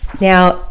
Now